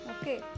okay